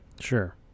sure